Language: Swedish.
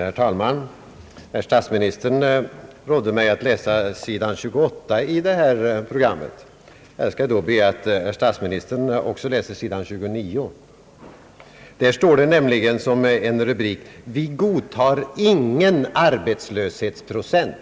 Herr talman! Herr statsministern rådde mig att läsa sidan 28 i detta program. Jag skall då be att statsministern också läser sidan 29! Där står det nämligen som en rubrik: »Vi godtar ingen arbetslöshetsprocent.»